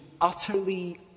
utterly